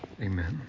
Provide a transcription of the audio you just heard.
Amen